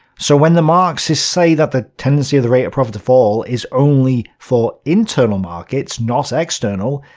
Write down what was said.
so when the marxists say that the tendency of the rate of profit to fall is only for internal markets, not external,